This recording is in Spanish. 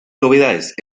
novedades